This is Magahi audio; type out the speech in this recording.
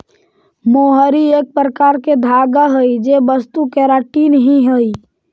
मोहरी एक प्रकार के धागा हई जे वस्तु केराटिन ही हई